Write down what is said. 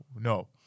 no